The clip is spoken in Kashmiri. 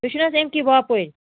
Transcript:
تُہۍ چھُو نہَ حظ اَمِکی باپٲرۍ